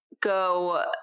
go